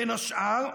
בין השאר,